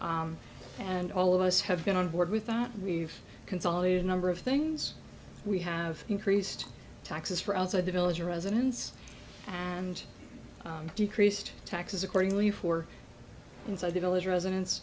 and all of us have been on board with that we've consolidated a number of things we have increased taxes for outside the village residents and decreased taxes accordingly for inside the village residen